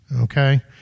Okay